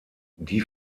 die